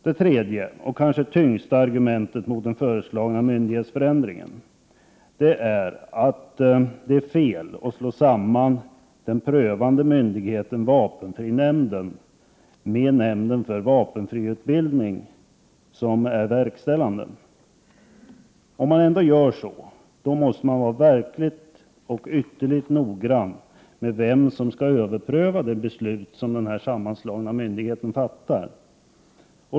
Det kanske tyngsta argumentet mot den föreslagna myndighetsförändringen är att det är fel att slå samman den prövande myndigheten, vapenfrinämnden, med nämnden för vapenfriutbildning, vilken är verkställande. Om man ändå gör så måste man vara ytterligt noggrann med vem som skall överpröva de beslut som denna sammanslagna myndighet fattar.